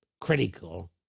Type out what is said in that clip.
critical